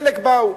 חלק באו.